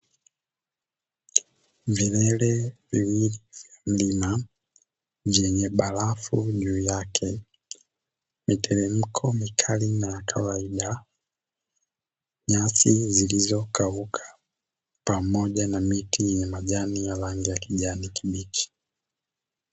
Vilele viwili vya mlima vyenye barafu juu yake, miteremko mikali na ya kawaida, nyasi zilizokauka pamoja na miti yenye majani ya rangi ya kijani kibichi.